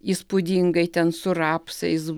įspūdingai ten su rapsais